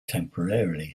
temporarily